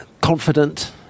confident